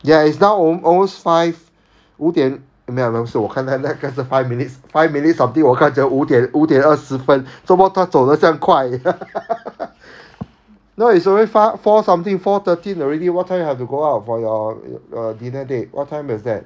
ya it's now almost five 五点没有没有不是我看看那个是 five minutes five minutes of two 我看成五点五点二十分 some more 它走得这样快 now is already four four something four thirteen already what time you have to go out for your dinner date what time is that